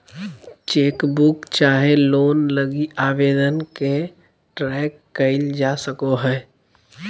chequebook चाहे loan लगी आवेदन के ट्रैक क़इल जा सको हइ